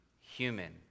human